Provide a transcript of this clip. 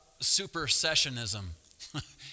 supersessionism